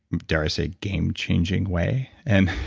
dare i say, game changing way. and